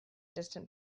distant